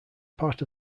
part